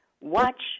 Watch